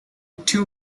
two